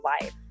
life